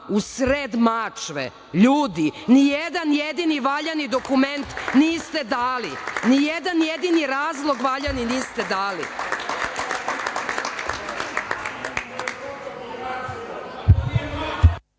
u sred Mačve. Ljudi, nijedan jedini valjani dokument niste dali. Nijedan jedini razlog valjani niste dali.